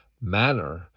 manner